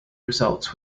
results